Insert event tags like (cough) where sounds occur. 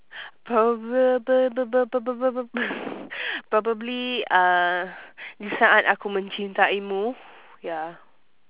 proba~ (noise) (laughs) probably uh disaat aku mencintaimu ya